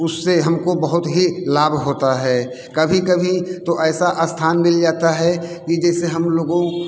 उससे हमको बहुत ही लाभ होता है कभी कभी तो ऐसा स्थान मिल जाता है कि जैसे हम लोगों